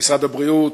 ומשרד הבריאות,